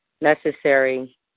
necessary